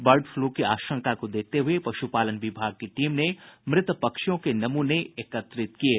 bird flu की आशंका को देखते हुये पशुपालन विभाग की टीम ने मृत पक्षियों के नमूने एकत्रित किये